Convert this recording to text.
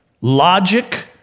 logic